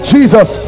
Jesus